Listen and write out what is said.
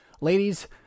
Ladies